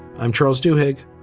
i'm charles do hig.